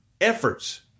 efforts